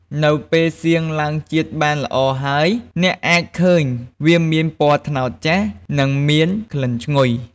នៅពេលសៀងឡើងជាតិបានល្អហើយ អ្នកអាចឃើញវាមានពណ៌ត្នោតចាស់ និងមានក្លិនឈ្ងុយ។